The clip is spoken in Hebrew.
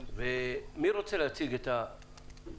מי רוצה להציג את המשבר?